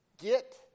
get